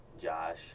Josh